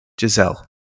Giselle